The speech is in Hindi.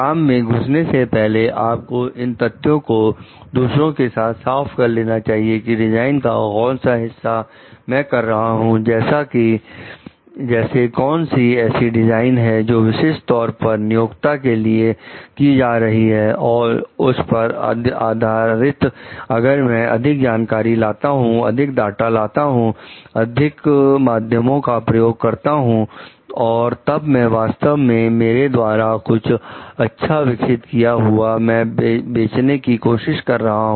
काम में घुसने से पहले आपको इन तथ्यों को दूसरे के साथ साफ कर लेना चाहिए कि डिजाइन का कौन सा हिस्सा मैं कर रहा हूं जैसे कौन सी ऐसी डिजाइनें हैं जो विशिष्ट तौर पर नियोक्ता के लिए की जा रही है और उस पर आधारित अगर मैं अधिक जानकारी लाता हूं अधिक डाटा लाता हूं अधिक माध्यमों का प्रयोग करता हूं और तब मैं वास्तव में मेरे द्वारा कुछ अच्छा विकसित किया हुआ मैं बेचने की कोशिश कर रहा हूं